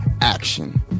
action